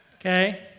okay